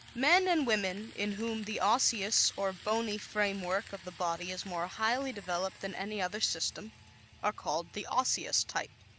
men and women in whom the osseous or bony framework of the body is more highly developed than any other system are called the osseous type.